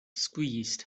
squeezed